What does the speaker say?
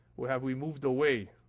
or have we moved away.